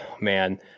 man